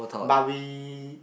but we